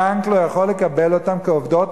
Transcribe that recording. הבנק לא יכול לקבל אותן כעובדות,